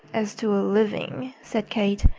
as to a living, said kate.